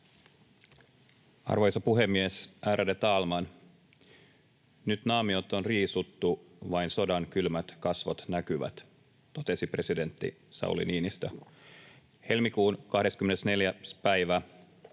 Arvoisa puhemies, ärade talman! ”Nyt naamiot on riisuttu, vain sodan kylmät kasvot näkyvät”, totesi presidentti Sauli Niinistö. Helmikuun 24. päivä